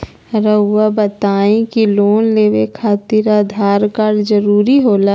रौआ बताई की लोन लेवे खातिर आधार कार्ड जरूरी होला?